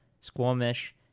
Squamish